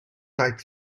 light